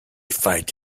fight